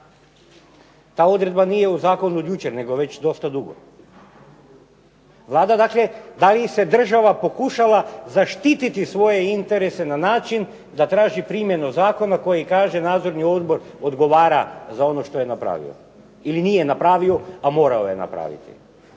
Ta odredba nije u zakonu od jučer nego već dosta dugo. Vlada dakle, da li se država pokušala zaštititi svoje interese na način da traži primjenu zakona koji kaže nadzorni odbor odgovara za ono što je napravio ili nije napravio a morao je napraviti.